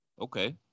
Okay